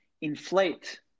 inflate